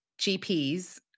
GPs